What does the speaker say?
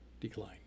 decline